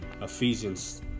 Ephesians